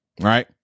Right